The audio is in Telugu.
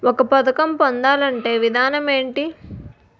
ఒక పథకం పొందాలంటే విధానం ఏంటి?